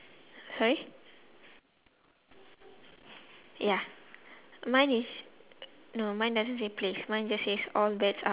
~kay ya